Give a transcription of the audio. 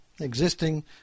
existing